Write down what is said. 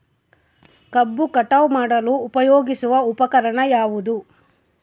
ಕಬ್ಬು ಕಟಾವು ಮಾಡಲು ಉಪಯೋಗಿಸುವ ಉಪಕರಣ ಯಾವುದು?